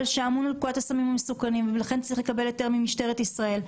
שאמונה על פקודת הסמים המסוכנים ולכן צריך לקבל היתר ממשטרת ישראל?